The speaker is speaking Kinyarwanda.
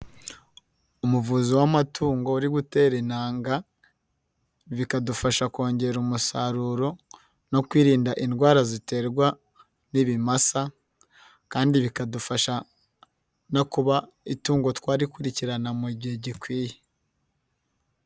Umuvuzi w'amatungo uri gutera intanga. Bikadufasha kongera umusaruro no kwirinda indwara ziterwa n'ibimasa kandi bikadufasha no kuba itungo twarikurikirana mu gihe gikwiye.